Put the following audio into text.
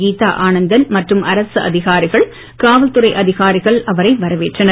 கீதா ஆனந்தன் மற்றும் அரசு அதிகாரிகள் காவல்துறை அதிகாரிகள் அவரை வரவேற்றனர்